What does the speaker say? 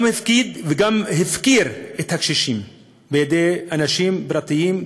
הוא גם הפקיד וגם הפקיר את הקשישים בידי אנשים פרטיים,